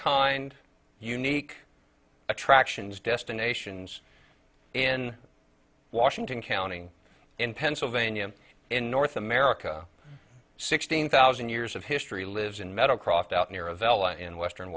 kind unique attractions destinations in washington county in pennsylvania in north america sixteen thousand years of history lives in metal croft out near avella in western